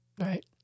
right